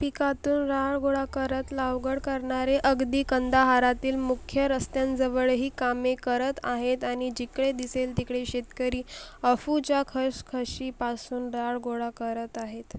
पिकातील राळ गोळा करत लागवड करणारे अगदी कंदाहारातील मुख्य रस्त्यांजवळही कामे करत आहेत आणि जिकडे दिसेल तिकडे शेतकरी अफूच्या खसखशीपासून राळ गोळा करत आहेत